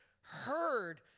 heard